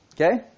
okay